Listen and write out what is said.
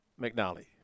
McNally